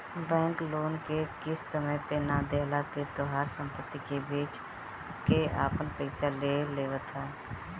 bank loan के किस्त समय पे ना देहला पे तोहार सम्पत्ति के बेच के आपन पईसा ले लेवत ह